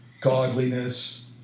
godliness